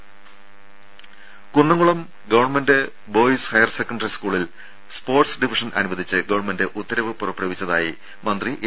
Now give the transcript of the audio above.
ദേദ Kunnamkulam government boys higher secondary സ്കൂളിൽ sports division അനുവദിച്ച് ഗവൺമെന്റ് ഉത്തരവ് പുറപ്പെടുവിച്ചതായി മന്ത്രി എ